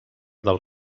del